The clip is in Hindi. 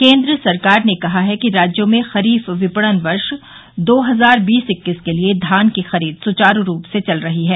केन्द्र सरकार ने कहा है कि राज्यों में खरीफ विपणन वर्ष दो हजार बीस इक्कीस के लिए धान की खरीद सुचारू रूप से चल रही है